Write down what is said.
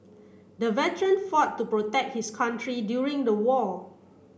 the veteran fought to protect his country during the war